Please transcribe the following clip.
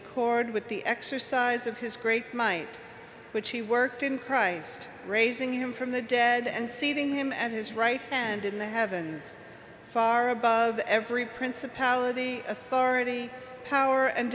accord with the exercise of his great might which he worked in christ raising him from the dead and see them him and his right hand in the heavens far above every principality authority power and